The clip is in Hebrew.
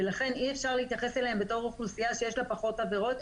ולכן אי-אפשר להתייחס אליהם בתור אוכלוסייה שיש לה פחות עבירות,